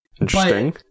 Interesting